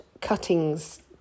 cuttings